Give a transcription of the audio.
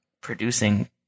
producing